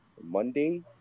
Monday